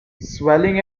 swelling